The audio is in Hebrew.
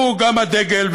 הוא גם הדגל,